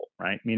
right